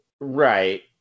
Right